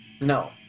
No